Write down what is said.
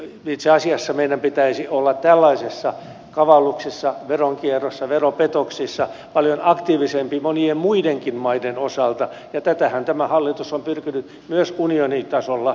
itse asiassa meidän pitäisi olla tällaisessa kavalluksissa veronkierrossa veropetoksissa paljon aktiivisempi mo nien muidenkin maiden osalta ja tätähän tämä hallitus on pyrkinyt myös unionitasolla viemään eteenpäin